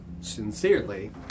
sincerely